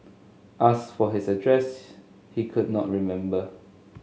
asked for his address he could not remember